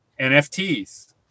NFTs